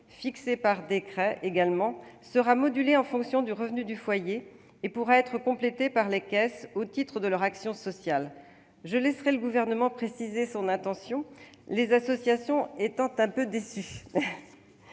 fixé par décret, sera modulé en fonction du revenu du foyer et pourra être complété par les caisses au titre de leur action sociale. Je laisserai le Gouvernement préciser son intention, les associations étant un peu déçues.